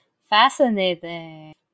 Fascinating